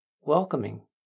welcoming